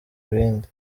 ibindi